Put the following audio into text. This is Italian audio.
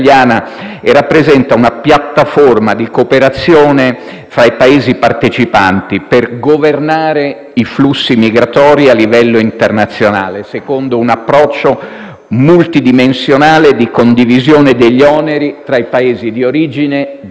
tra i Paesi partecipanti per governare i flussi migratori a livello internazionale, secondo un approccio multidimensionale di condivisione degli oneri tra i Paesi di origine, di transito e di destinazione dei migranti stessi.